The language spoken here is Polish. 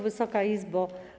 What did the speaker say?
Wysoka Izbo!